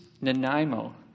nanaimo